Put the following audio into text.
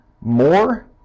more